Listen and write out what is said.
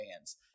fans